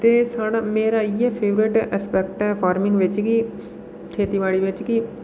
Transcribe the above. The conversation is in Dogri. ते साढ़ा मेरपा इ'यै फेवरेट असपैक्ट ऐ फार्मिंग बिच कि खेती बाड़ी बिच कि